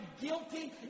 guilty